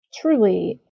truly